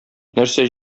нәрсә